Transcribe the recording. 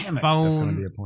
phone